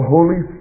Holy